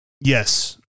yes